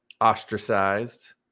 ostracized